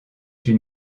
une